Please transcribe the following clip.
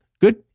good